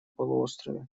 полуострове